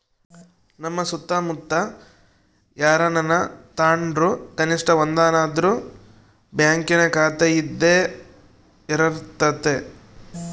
ನಮ್ಮ ಸುತ್ತಮುತ್ತ ಯಾರನನ ತಾಂಡ್ರು ಕನಿಷ್ಟ ಒಂದನಾದ್ರು ಬ್ಯಾಂಕಿನ ಖಾತೆಯಿದ್ದೇ ಇರರ್ತತೆ